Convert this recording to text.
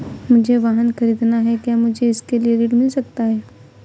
मुझे वाहन ख़रीदना है क्या मुझे इसके लिए ऋण मिल सकता है?